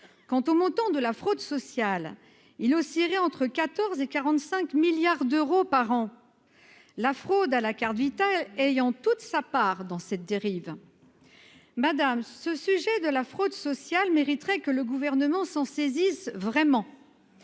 quant au montant de la fraude sociale il entre 14 et 45 milliards d'euros par an, la fraude à la carte vitale ayant toute sa part dans cette dérive madame ce sujet de la fraude sociale mériterait que le gouvernement s'en saisisse vraiment